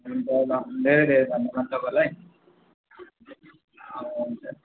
हुन्छ ल धेरै धेरै धन्यवाद तपाईँलाई हुन्छ